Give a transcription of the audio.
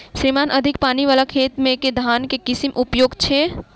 श्रीमान अधिक पानि वला खेत मे केँ धान केँ किसिम उपयुक्त छैय?